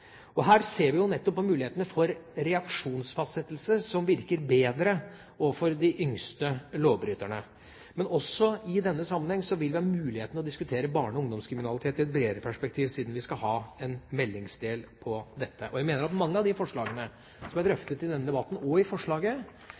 2011. Her ser vi nettopp på muligheten for reaksjonsfastsettelse som virker bedre overfor de yngste lovbryterne. Men også i denne sammenheng vil vi ha muligheten til å diskutere barne- og ungdomskriminalitet i et bredere perspektiv, siden vi skal ha en meldingsdel om dette. Jeg mener at mange av de forslagene som er drøftet i denne debatten og i forslaget,